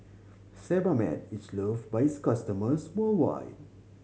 Sebamed is love by its customers worldwide